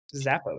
Zappos